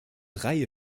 reihe